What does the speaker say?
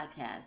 Podcast